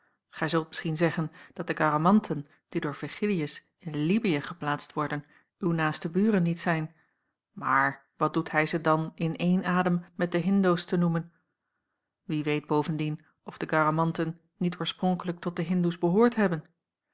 gij zult misschien zeggen dat de garamanten die door virgilius in libyen geplaatst worden uw naaste buren niet zijn maar wat doet hij ze dan in eenen adem met de hindoos te noemen wie weet bovendien of de garamanten niet oorspronkelijk tot de hindoos behoord hebben